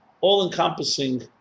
all-encompassing